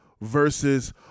versus